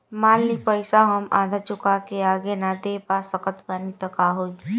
मान ली पईसा हम आधा चुका के आगे न दे पा सकत बानी त का होई?